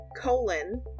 Colon